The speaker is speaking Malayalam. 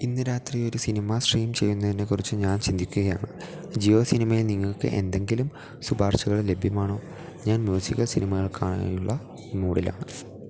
ഇന്നു രാത്രി ഒരു സിനിമ സ്ട്രീം ചെയ്യുന്നതിനെക്കുറിച്ചു ഞാൻ ചിന്തിക്കുകയാണ് ജിയോ സിനിമയെ നിങ്ങൾക്ക് എന്തെങ്കിലും ശുപാർശകൾ ലഭ്യമാണോ ഞാൻ മ്യൂസിക്കൽ സിനിമകൾക്കായുള്ള മൂഡിലാണ്